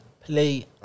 play